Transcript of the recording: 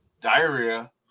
diarrhea